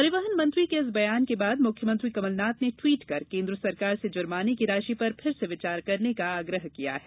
परिवहन मंत्री के इस बयान के बाद मुख्यमंत्री कमलनाथ ने ट्वीट कर केंद्र सरकार से जुर्माने की राशि पर फिर से विचार करने का आग्रह किया है